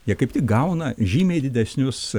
jie kaip tik įgauna žymiai didesnius